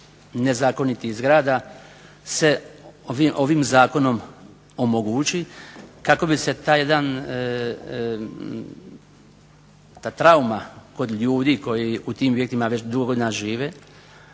nezakonitih zgrada se ovim zakonom omogući kako bi se taj jedan, ta trauma kod ljudi koji u tim objektima već dugo godina žive,